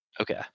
Okay